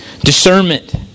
Discernment